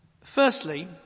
Firstly